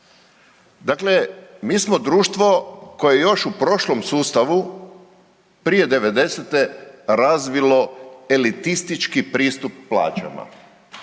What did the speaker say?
Dakle, mi smo društvo koje je još u prošlom sustavu prije '90.-te razvilo elitistički pristup plaćama